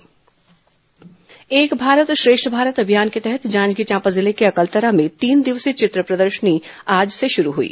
एक भारत श्रेष्ठ भारत एक भारत श्रेष्ठ भारत अभियान के तहत जांजगीर चांपा जिले के अकलतरा में तीन दिवसीय चित्र प्रदर्शनी आज से शरू हई